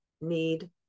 need